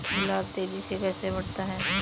गुलाब तेजी से कैसे बढ़ता है?